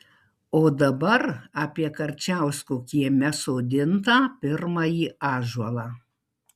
o dabar apie karčiausko kieme sodintą pirmąjį ąžuolą